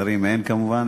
שרים אין כמובן,